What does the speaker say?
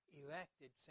elected